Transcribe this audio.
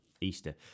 Easter